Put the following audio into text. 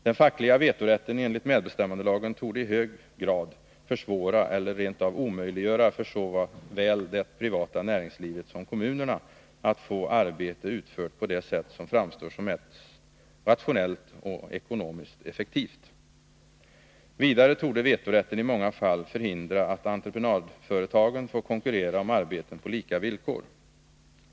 Den fackliga vetorätten enligt medbestämmandelagen torde i hög grad försvåra eller rent av omöjliggöra för såväl det privata näringslivet som kommunerna att få arbete utfört på det sätt som framstår som mest rationellt och ekonomiskt effektivt. Vidare torde vetorätten i många fall förhindra att entreprenadföretagen får konkurrera om arbeten på lika villkor.